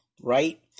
right